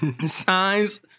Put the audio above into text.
signs